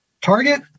target